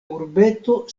urbeto